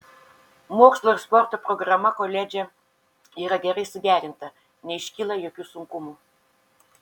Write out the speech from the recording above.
mokslo ir sporto programa koledže yra gerai suderinta neiškyla jokių sunkumų